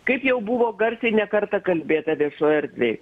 kaip jau buvo garsiai ne kartą kalbėta viešojoje erdvėj